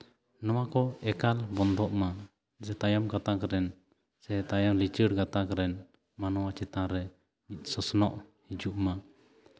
ᱱᱚᱣᱟ ᱠᱚ ᱮᱠᱟᱞ ᱵᱚᱱᱫᱚᱜ ᱢᱟ ᱡᱮ ᱛᱟᱭᱚᱢ ᱜᱟᱛᱟᱠ ᱨᱮᱱ ᱥᱮ ᱞᱤᱪᱟᱹᱲ ᱜᱟᱛᱟᱠ ᱨᱮᱱ ᱢᱟᱱᱣᱟ ᱪᱮᱛᱟᱱ ᱨᱮ ᱥᱚᱥᱚᱱᱚᱜ ᱦᱤᱡᱩᱜ ᱢᱟ